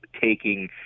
taking